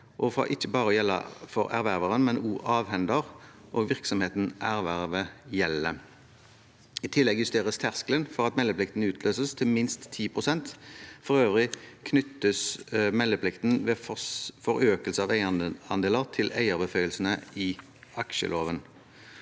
og for ikke bare å gjelde for erververen, men også avhender og virksomheten ervervet gjelder. I tillegg justeres terskelen for at meldeplikten utløses, til minst 10 pst. For øvrig knyttes meldeplikten ved forøkelse av eierandeler til eierbeføyelsene i aksjeloven.